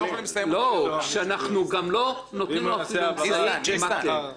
מה הוא יעשה בעוד שבועיים?